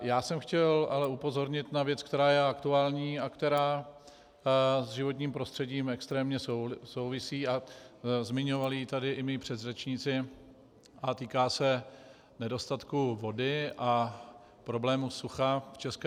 Já jsem chtěl ale upozornit na věc, která je aktuální a která s životním prostředím extrémně souvisí, zmiňovali ji tady i mí předřečníci a týká se nedostatku vody a problému sucha v ČR.